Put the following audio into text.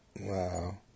Wow